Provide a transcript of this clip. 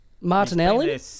Martinelli